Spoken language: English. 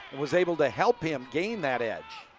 was able to help him gain that edge.